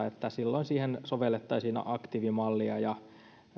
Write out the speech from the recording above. että silloin siihen sovellettaisiin aktiivimallia ja